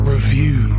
Review